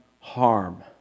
harm